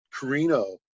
Carino